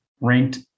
ranked